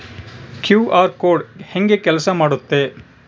QR code ಹೆಂಗ ಕೆಲಸ ಮಾಡುತ್ತೆ?